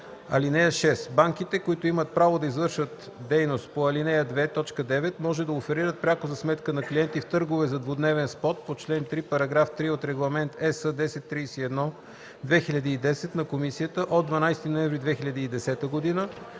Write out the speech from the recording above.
ал. 6: „(6) Банките, които имат право да извършват дейност по ал. 2, т. 9, може да оферират пряко за сметка на клиенти в търгове за двудневен спот по чл. 3, параграф 3 от Регламент (ЕС) № 1031/2010 на Комисията от 12 ноември 2010 г.